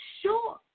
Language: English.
sure